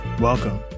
Welcome